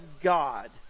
God